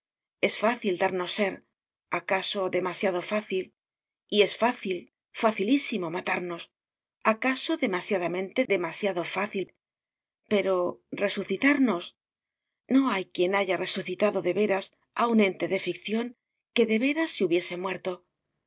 es fácil darnos ser acaso demasiado fácil y es fácil facilísimo matarnos acaso demasiadamente demasiado fácil pero resucitarnos no hay quien haya resucitado de veras a un ente de ficción que de veras se hubiese muerto